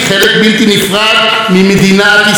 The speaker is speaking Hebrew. שהיא מדינתי,